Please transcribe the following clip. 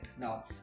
Now